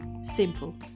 simple